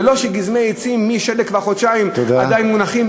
ולא שגזמי עצים מהשלג כבר חודשיים עדיין מונחים,